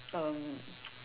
um